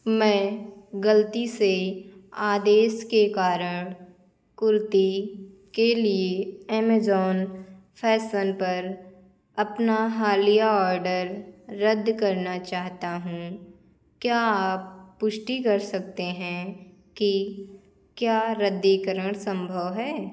मैं गलती से आदेश के कारण कुर्ती के लिए अमेज़न फ़ैशन पर अपना हालिया ऑर्डर रद्द करना चाहता हूँ क्या आप पुष्टि कर सकते हैं कि क्या रद्दीकरण सम्भव है